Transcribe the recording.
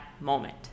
moment